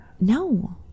No